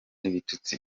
n’ibitutsi